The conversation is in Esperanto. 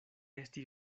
esti